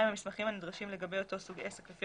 המסמכים הנדרשים לגבי אותו סוג עסק לפי